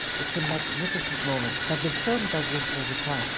it's a magnificent moment, but the film does this all the time.